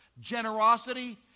Generosity